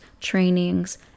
trainings